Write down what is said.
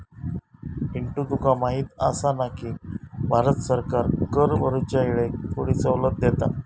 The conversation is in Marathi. पिंटू तुका माहिती आसा ना, की भारत सरकार कर भरूच्या येळेक थोडी सवलत देता